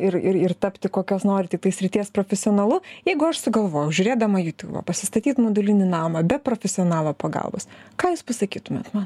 ir ir ir tapti kokios nori tiktai srities profesionalu jeigu aš sugalvojau žiūrėdama jūtūbą pasistatyt modulinį namą be profesionalo pagalbos ką jūs pasakytumėt man